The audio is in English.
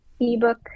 ebook